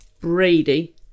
Brady